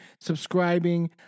subscribing